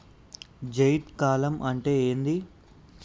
జైద్ కాలం అంటే ఏంది?